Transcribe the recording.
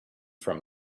from